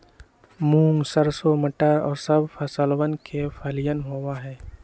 मूंग, सरसों, मटर और सब फसलवन के फलियन होबा हई